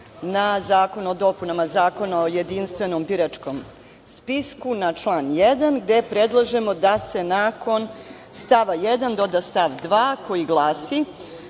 na Zakon o dopunama Zakona o Jedinstvenom biračkom spisku, na član 1. gde predlažemo da se nakon stav 1. doda stav 2. koji